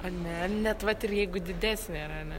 ane net vat ir jeigu ir didesnė yra ane